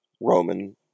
Roman